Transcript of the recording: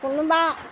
কোনোবা